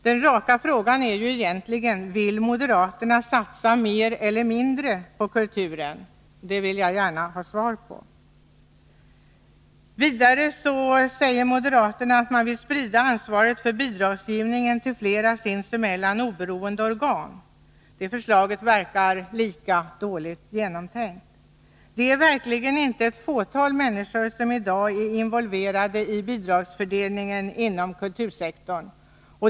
Den raka frågan är egentligen: Vill moderaterna satsa mer eller mindre på kulturen? Den frågan vill jag gärna ha svar på. Vidare säger moderaterna att de vill sprida ansvaret för bidragsgivningen till flera, sinsemellan oberoende organ. Det förslaget verkar också dåligt genomtänkt. Det är verkligen inte ett fåtal människor som i dag är involverade i bidragsfördelningen inom kultursektorn.